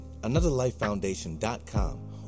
anotherlifefoundation.com